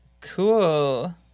Cool